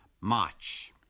march